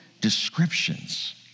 descriptions